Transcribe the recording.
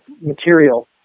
material